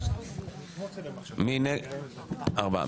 ארבעה.